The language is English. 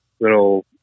little